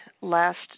last